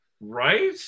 Right